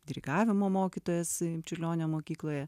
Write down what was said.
dirigavimo mokytojas čiurlionio mokykloje